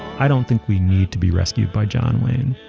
i don't think we need to be rescued by john wayne